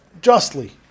justly